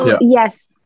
Yes